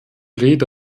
rede